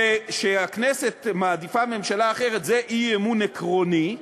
וכשהכנסת מעדיפה ממשלה אחרת זה אי-אמון עקרוני,